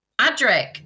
Adric